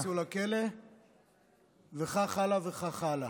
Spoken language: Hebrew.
אתם תיכנסו לכלא וכן הלאה וכן הלאה.